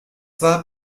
war